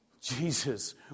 Jesus